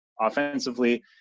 offensively